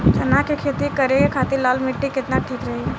चना के खेती करे के खातिर लाल मिट्टी केतना ठीक रही?